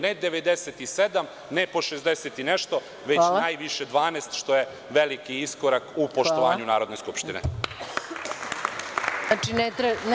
Ne 97, ne po 60 i nešto, već najviše 12 što je veliki iskorak u poštovanju Narodne skupštine.